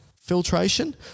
filtration